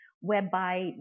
whereby